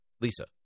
lisa